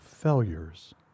failures